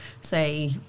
say